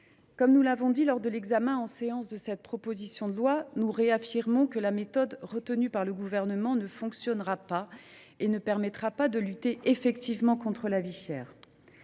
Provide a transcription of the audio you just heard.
comme nous l’avons dit lors de l’examen de ce projet de loi en séance, nous réaffirmons que la méthode retenue par le Gouvernement ne fonctionnera pas et ne permettra pas de lutter effectivement contre la vie chère.